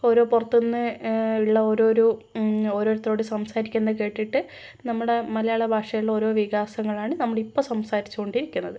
ഓരോ പുറത്തു നിന്ന് ഇള്ള ഓരോരോ ഓരോരുത്തരോട് സംസാരിക്കുന്നത് കേട്ടിട്ട് നമ്മുടെ മലയാള ഭാഷയിൽ ഓരോ വികാസങ്ങളാണ് നമ്മളിപ്പം സംസാരിച്ച് കൊണ്ടിരിക്കുന്നത്